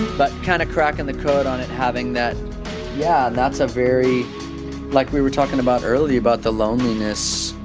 but kind of cracking the code on it, having that yeah, that's a very like we were talking about earlier, about the loneliness,